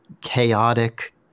chaotic